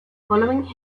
following